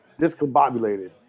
discombobulated